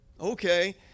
Okay